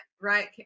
right